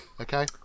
Okay